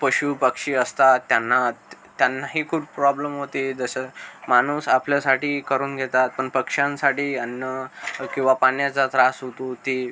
पशुपक्षी असतात त्यांना त्यांनाही खूप प्रॉब्लम होते जसं माणूस आपल्यासाठी करून घेतात पण पक्षांसाठी अन्न किंवा पाण्याचा त्रास होतो ते